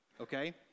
okay